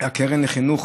של הקרן לחינוך